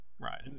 Right